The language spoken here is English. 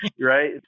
right